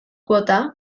kuota